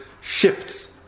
shifts